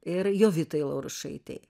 ir jovitai laurušaitei